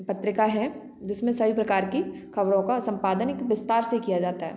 पत्रिका है जिसमें सारी प्रकार की खबरों का संपादन एक विस्तार से किया जाता है